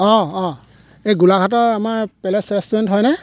অ' অ' এ গোলাঘাটৰ আমাৰ পেলেচ ৰেষ্টুৰেণ্ট হয়নে